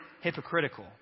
hypocritical